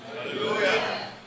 Hallelujah